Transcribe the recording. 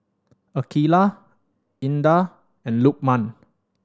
Aqilah Indah and Lukman